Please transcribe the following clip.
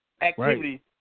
activity